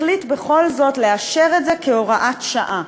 בכל זאת לאשר את זה כהוראת שעה,